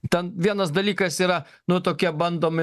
ten vienas dalykas yra nu tokie bandomi